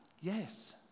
Yes